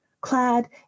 clad